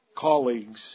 colleagues